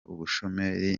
ubushomeri